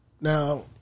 Now